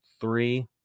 three